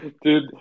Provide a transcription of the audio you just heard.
Dude